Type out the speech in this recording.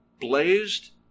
blazed